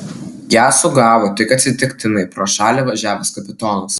ją sugavo tik atsitiktinai pro šalį važiavęs kapitonas